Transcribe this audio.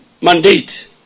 mandate